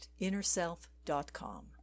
InnerSelf.com